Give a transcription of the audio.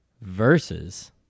Versus